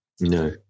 No